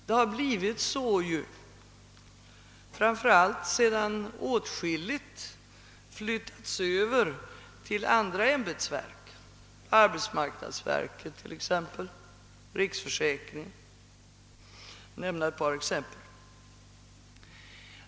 Det har blivit så framför allt sedan åtskilligt flyttats över till andra ämbetsverk såsom arbetsmarknadsverket och riksförsäkringsverket, för att nämna ett par exempel.